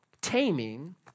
taming